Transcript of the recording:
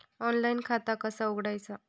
Online खाता कसा उघडायचा?